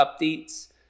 updates